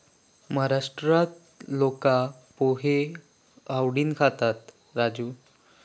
महाराष्ट्रात लोका पोहे आवडीन खातत, राजू